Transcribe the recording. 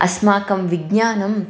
अस्माकं विज्ञानं